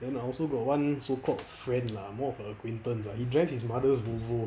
then I also got one so called friend lah more of a acquaintance ah he drives his mother volvo